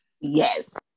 Yes